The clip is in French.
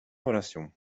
relation